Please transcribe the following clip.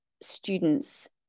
students